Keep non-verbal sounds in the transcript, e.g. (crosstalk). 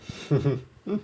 (laughs)